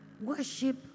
worship